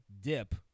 dip